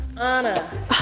Anna